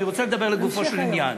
אני רוצה לדבר לגופו של עניין,